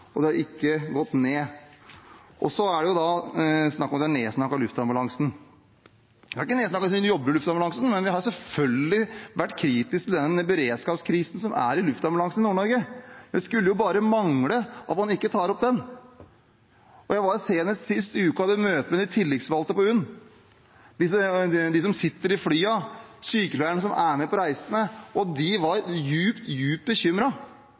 opp, det har ikke gått ned. Så er det snakk om at jeg har nedsnakket luftambulansen. Jeg har ikke nedsnakket dem som jobber i luftambulansen, men vi har selvfølgelig vært kritiske til den beredskapskrisen som er i luftambulansen i Nord-Norge. Det skulle bare mangle at man ikke tar opp den. Jeg hadde senest sist uke møte med de tillitsvalgte på UNN, de som sitter i flyene, sykepleierne som er med på reisene, og de var